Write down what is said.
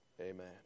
amen